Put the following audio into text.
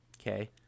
Okay